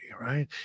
right